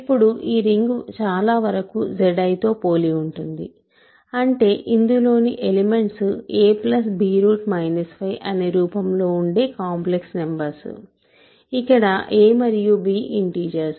ఇప్పుడు ఈ రింగ్ చాలా వరకు Zi తో పోలి ఉంటుంది అంటే ఇందులోని ఎలిమెంట్స్ a b 5 అనే రూపంలో ఉండే కాంప్లెక్స్ నంబర్స్ ఇక్కడ a మరియు b ఇంటిజర్స్